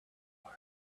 warm